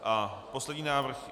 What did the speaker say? A poslední návrh.